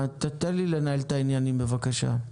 תן לי לנהל את העניינים בבקשה.